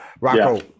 Rocco